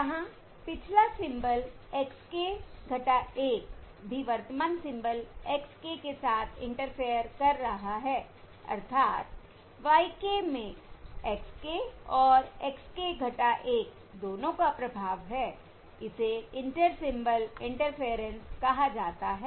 जहाँ पिछला symbol x k 1 भी वर्तमान सिंबल x k के साथ इंटरफेयर कर रहा है अर्थात y k में x k और x k 1 दोनों का प्रभाव है इसे इंटर सिंबल इंटरफेयरेंस कहा जाता है